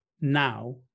now